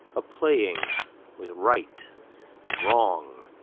a playing with right and wrong,